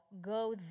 go